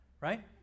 right